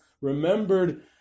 remembered